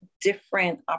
different